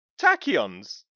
tachyons